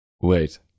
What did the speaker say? Wait